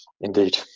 Indeed